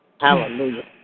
Hallelujah